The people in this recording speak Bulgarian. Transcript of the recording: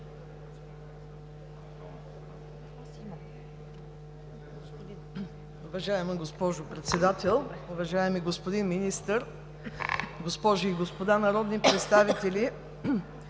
Уважаема госпожо Председател, уважаеми господин Министър, госпожи и господа народни представители!